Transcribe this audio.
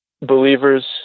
believers